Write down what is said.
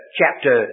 chapter